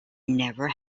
never